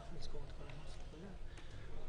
אוקיי.